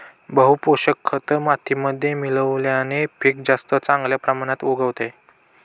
बहू पोषक खत मातीमध्ये मिळवल्याने पीक जास्त चांगल्या प्रमाणात उगवते